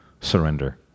surrender